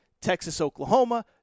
Texas-Oklahoma